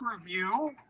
review